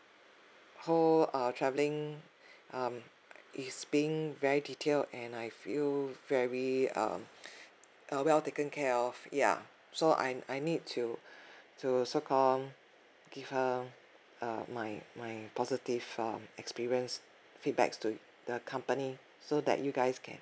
whole uh travelling um is being very detailed and I feel very uh uh well taken care of ya so I I need to to so called give her uh my my positive uh experience feedbacks to the company so that you guys can